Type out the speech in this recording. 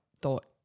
thought